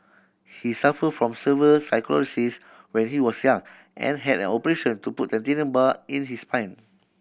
he suffered from severe sclerosis when he was young and had an operation to put titanium bar in his spine